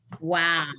Wow